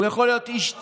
הוא יכול להיות איש סייבר.